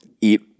eat